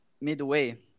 midway